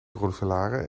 roeselare